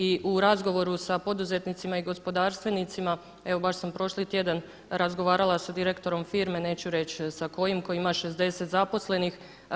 I u razgovoru sa poduzetnicima i gospodarstvenicima evo baš sam prošli tjedan razgovarala sa direktorom firme, neću reći sa kojim, koji ima 60 zaposlenih.